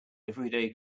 everyday